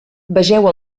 vegeu